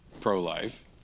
pro-life